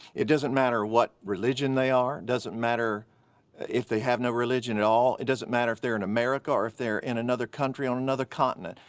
it doesn't matter what religion they are, it doesn't matter if they have no religion at all, it doesn't matter if they're in america or if they're in another country, on another continent.